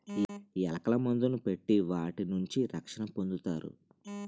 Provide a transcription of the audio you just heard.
ఎలకల మందుని పెట్టి వాటి నుంచి రక్షణ పొందుతారు